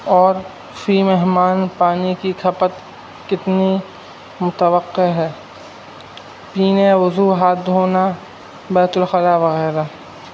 اور فی مہمان پانی کی کھپت کتنی متوقع ہے پینے وضو ہاتھ دھونا بیت الخلا وغیرہ